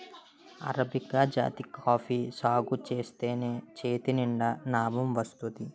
arabica జాతి coffee సాగుజేత్తేనే చేతినిండా నాబం వత్తాది